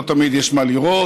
לא תמיד יש מה לראות,